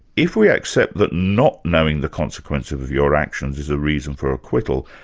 if we accept that not knowing the consequences of your actions is a reason for acquittal,